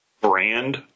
brand